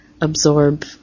absorb